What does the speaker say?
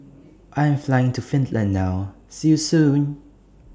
I Am Flying to Finland now See YOU Soon